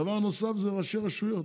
דבר נוסף זה ראשי רשויות.